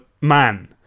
man